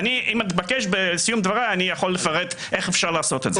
ואם אתבקש בסיום דבריי אני יכול לפרט איך אפשר לעשות את זה.